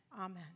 Amen